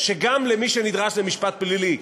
שגם למי שנדרש למשפט פלילי,